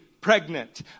pregnant